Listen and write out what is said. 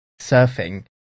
surfing